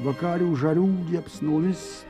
vakarių žarų liepsnomis